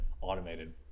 automated